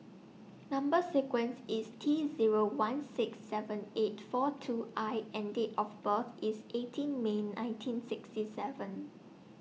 Number sequence IS T Zero one six seven eight four two I and Date of birth IS eighteen May nineteen sixty seven